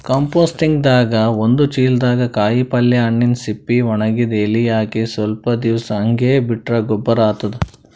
ಕಂಪೋಸ್ಟಿಂಗ್ದಾಗ್ ಒಂದ್ ಚಿಲ್ದಾಗ್ ಕಾಯಿಪಲ್ಯ ಹಣ್ಣಿನ್ ಸಿಪ್ಪಿ ವಣಗಿದ್ ಎಲಿ ಹಾಕಿ ಸ್ವಲ್ಪ್ ದಿವ್ಸ್ ಹಂಗೆ ಬಿಟ್ರ್ ಗೊಬ್ಬರ್ ಆತದ್